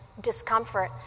discomfort